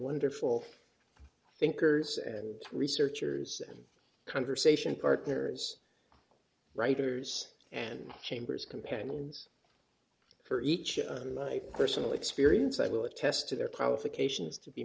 wonderful thinkers and researchers and conversation partners writers and chambers companions for each my personal experience i will attest to their qualifications to be